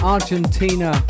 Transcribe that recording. Argentina